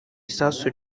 isasu